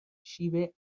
شیوه